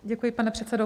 Děkuji, pane předsedo.